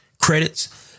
credits